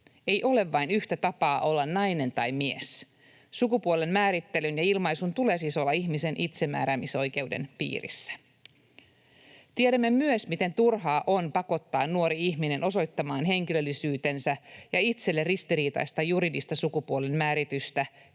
Ei ole vain yhtä tapaa olla nainen tai mies. Sukupuolen määrittelyn ja ilmaisun tulee siis olla ihmisen itsemääräämisoikeuden piirissä. Tiedämme myös, miten turhaa on pakottaa nuori ihminen osoittamaan henkilöllisyytensä ja itselle ristiriitainen juridisen sukupuolen määritys